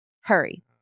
hurry